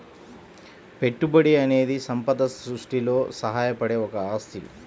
పెట్టుబడి అనేది సంపద సృష్టిలో సహాయపడే ఒక ఆస్తి